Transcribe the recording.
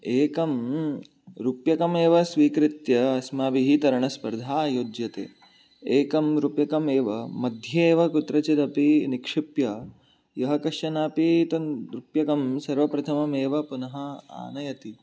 एकं रूप्यकमेव स्वीकृत्य अस्माभिः तरणस्पर्धा आयोज्यते एकं रूप्यकम् एव मध्ये एव कुत्रचिद् अपि निक्षिप्य यः कश्चन अपि तत् रूप्यकम् सर्वप्रथममेव पुनः आनयति